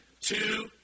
two